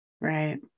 right